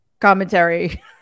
Commentary